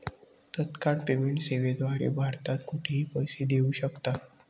तत्काळ पेमेंट सेवेद्वारे भारतात कुठेही पैसे देऊ शकतात